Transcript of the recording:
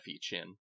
chin